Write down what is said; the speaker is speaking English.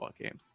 game